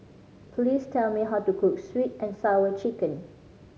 please tell me how to cook Sweet And Sour Chicken